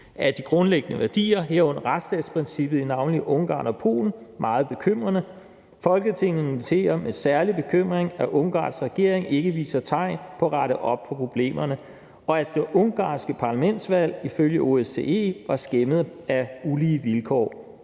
af de grundlæggende værdier, herunder retsstatsprincippet i navnlig Ungarn og Polen, meget bekymrende. Folketinget noterer med særlig bekymring, at Ungarns regering ikke viser tegn på at rette op på problemerne, og at det ungarske parlamentsvalg – ifølge OSCE – var skæmmet af ulige vilkår.